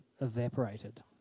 evaporated